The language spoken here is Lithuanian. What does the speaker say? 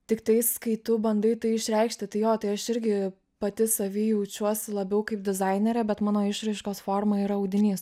tiktais kai tu bandai tai išreikšti tai jo tai aš irgi pati savy jaučiuos labiau kaip dizainerė bet mano išraiškos forma yra audinys